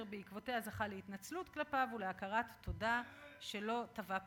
ושבעקבותיה זכה להתנצלות כלפיו ולהכרת תודה על כך שלא תבע פיצויים.